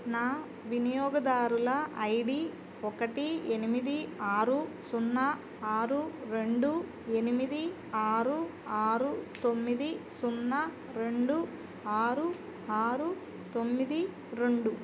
నా వినియోగదారుల I D ఒకటి ఎనిమిది ఆరు సున్నా ఆరు రెండు ఎనిమిది ఆరు ఆరు తొమ్మిది సున్నా రెండు ఆరు ఆరు తొమ్మిది రెండు